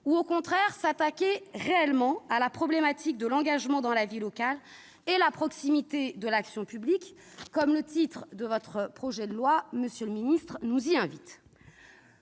ou au contraire nous attaquer réellement à la problématique de l'engagement dans la vie locale et la proximité de l'action publique, comme le titre de votre projet de loi nous y invite,